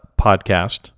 podcast